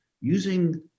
Using